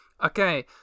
Okay